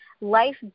Life